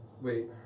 wait